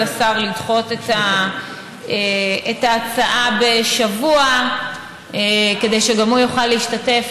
השר לדחות את ההצעה בשבוע כדי שגם הוא יוכל להשתתף,